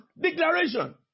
declaration